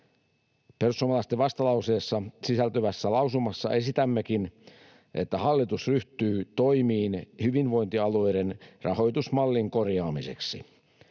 Perussuomalaisten vastalauseeseen sisältyvässä lausumassa esitämmekin, että hallitus ryhtyy toimiin hyvinvointialueiden rahoitusmallin korjaamiseksi.